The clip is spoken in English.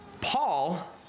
Paul